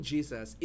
Jesus